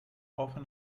often